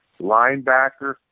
linebacker